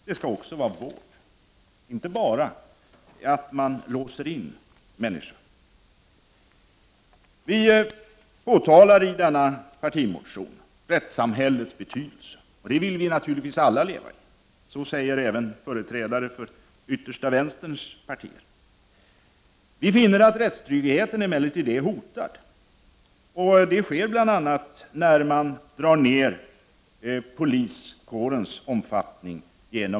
Det skall också vara fråga om vård, inte bara om inlåsning av människor. Vi understryker i denna partimotion rättssamhällets betydelse. Vi vill naturligtvis alla leva i ett rättssamhälle. Det säger även företrädare för yttersta vänsterns partier. Vi finner emellertid att rättstryggheten är hotad, bl.a. genom att man på grund av minskad rekrytering drar ned på poliskårens omfattning.